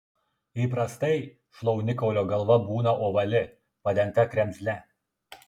įprastai šlaunikaulio galva būna ovali padengta kremzle